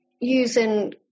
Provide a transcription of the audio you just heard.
using